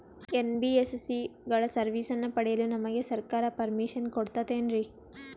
NBSC ಗಳ ಸರ್ವಿಸನ್ನ ಪಡಿಯಲು ನಮಗೆ ಸರ್ಕಾರ ಪರ್ಮಿಷನ್ ಕೊಡ್ತಾತೇನ್ರೀ?